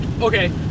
Okay